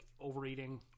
overeating